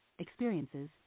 experiences